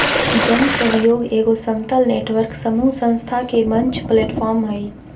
जन सहइोग एगो समतल नेटवर्क समूह संस्था के मंच प्लैटफ़ार्म हइ